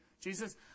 jesus